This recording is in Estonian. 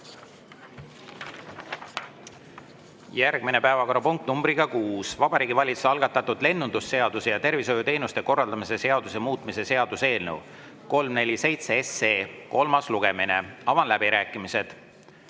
Järgmine päevakorrapunkt numbriga 6: Vabariigi Valitsuse algatatud lennundusseaduse ja tervishoiuteenuste korraldamise seaduse muutmise seaduse eelnõu 347 kolmas lugemine. Avan läbirääkimised.